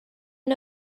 are